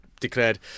declared